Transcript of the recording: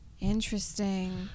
Interesting